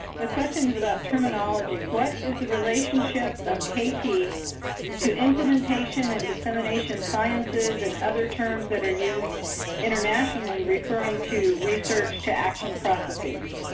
the question is about terminology. what is the relationship of kt to implementation and dissemination sciences and other terms that are used internationally referring to research to action processes?